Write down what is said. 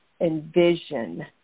envision